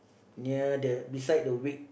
near the beside the wig